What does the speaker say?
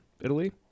Italy